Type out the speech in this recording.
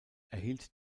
erhielt